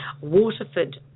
Waterford